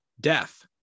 death